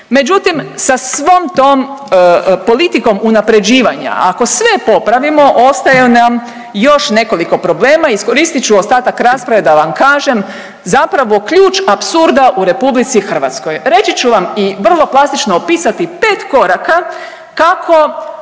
Međutim, sa svom tom politikom unapređivanja ako sve popravimo ostaje nam još nekoliko problema. Iskoristit ću ostatak rasprave da vam kažem zapravo ključ apsurda u RH, reći ću vam i vrlo plastično opisati pet koraka kako